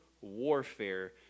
warfare